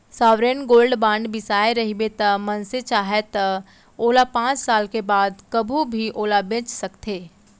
sovereign gold bond बिसाए रहिबे त मनसे चाहय त ओला पाँच साल के बाद कभू भी ओला बेंच सकथे